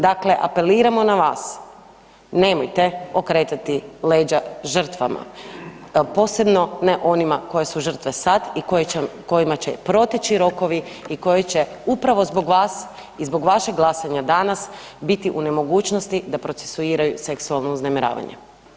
Dakle, apeliramo na vas, nemojte okretati leđa žrtvama, posebno ne onima koje su žrtve sad i kojima će proteći rokovi i koje će upravo zbog vas i zbog vašeg glasanja danas biti u nemogućnosti da procesuiraju seksualno uznemiravanje.